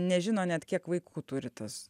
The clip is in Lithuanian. nežino net kiek vaikų turi tas